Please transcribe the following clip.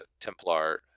Templar